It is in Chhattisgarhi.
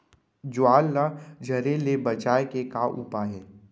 ज्वार ला झरे ले बचाए के का उपाय हे?